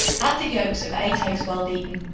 add the yolks of eight eggs well beaten.